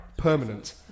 Permanent